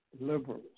liberals